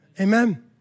Amen